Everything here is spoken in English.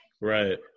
right